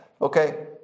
Okay